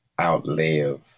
outlive